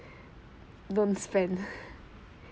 don't spend